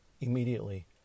Immediately